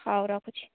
ହଉ ରଖୁଛି